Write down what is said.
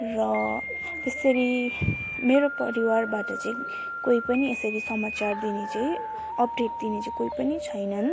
र त्यसरी मेरो परिवारबाट चाहिँ कोही पनि यसरी समाचार दिने चाहिँ अपडेट दिने चाहिँ कोही पनि छैनन्